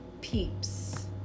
peeps